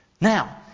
Now